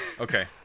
Okay